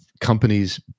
companies